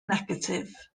negatif